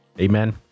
Amen